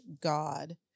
God